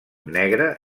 negre